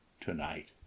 to-night